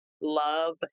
love